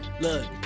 look